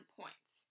points